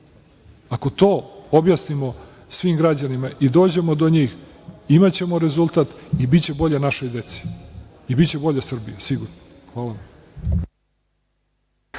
Ako to objasnimo svim građanima i dođemo do njih, imaćemo rezultat i biće bolje našoj deci i biće bolje Srbiji sigurno. Hvala vam.